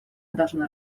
должна